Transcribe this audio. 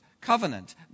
covenant